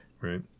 Right